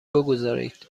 بگذارید